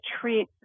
treat